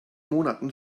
monaten